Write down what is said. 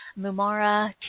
mumara